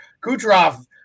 Kucherov